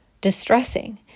distressing